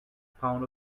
pound